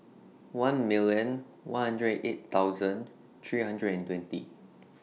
one million one hundred and eight thousand three hundred and twenty